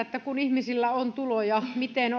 että kun ihmisillä on tuloja keskustellaan siitä miten